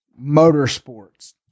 motorsports